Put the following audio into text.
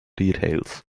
details